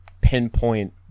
pinpoint